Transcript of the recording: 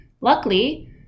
luckily